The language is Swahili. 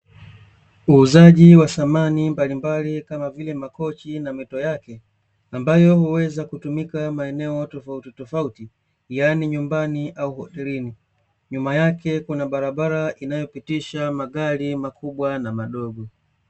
Uuzaji wa samani mbalimbali, kama vile, makochi na mito yake ambayo huweza kutumika maeneo tofautitofauti, yaani nyumbani au hotelini, nyuma yake kuna barabara inayopitisha magari makubwa na madogo.